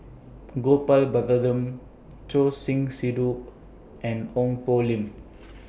Gopal Baratham Choor Singh Sidhu and Ong Poh Lim